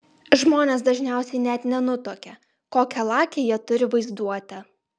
žmonės dažniausiai net nenutuokia kokią lakią jie turi vaizduotę